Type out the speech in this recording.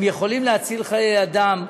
הם יכולים להציל חיי אדם,